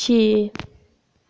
छे